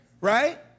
Right